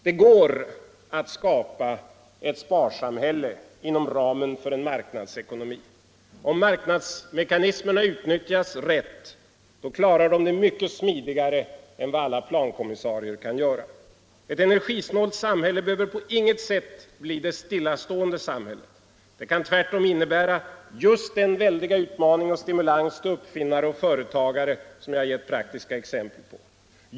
Det går att skapa ett sparsamhälle inom ramen för en marknadsekonomi. Om de utnyttjas rätt klarar marknadsmekanismerna omställningen mycket smidigare än med några plankommissariers hjälp. Ett energisnålt samhälle behöver på intet sätt vara ett stillastående samhälle. Det kan tvärtom innebära en väldig utmaning och stimulans till uppfinnare och företagare, som jag givit exempel på.